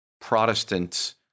Protestant